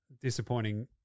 disappointing